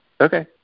Okay